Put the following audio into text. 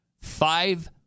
Five